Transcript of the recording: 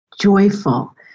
joyful